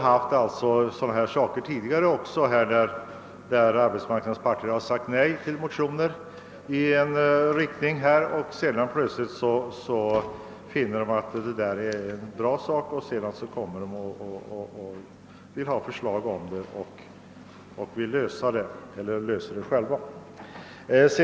"Det har tidigare förekommit, att arbetsmarknadens parter ställt sig avvisände till motioner men sedan plötsligt funnit att det hade varit någonting bra och velat ha förslag i motionernas syfte framlagda för att få till stånd en lösning, eller också har de själva löst sådana frågor.